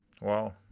Wow